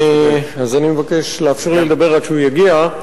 אז אני מבקש לאפשר לי לדבר עד שהוא יגיע.